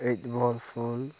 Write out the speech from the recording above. aid बलफुल